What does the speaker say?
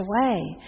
away